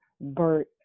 Bert